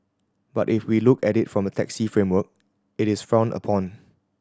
but if we look at it from a taxi framework it is frowned upon